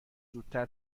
زودتر